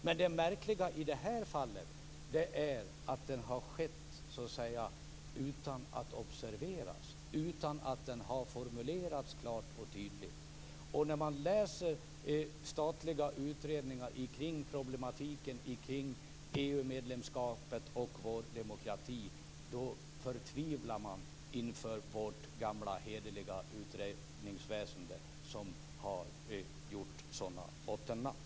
Men det märkliga i det här fallet är att förändringen har skett utan att den har observerats, utan att den har formulerats klart och tydligt. När man läser statliga utredningar om problematiken kring EU-medlemskapet och vår demokrati förtvivlar man inför vårt gamla hederliga utredningsväsende som har gjort sådana bottennapp.